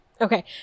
Okay